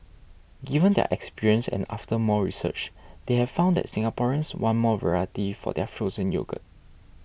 given their experience and after more research they have found that Singaporeans want more variety for their frozen yogurt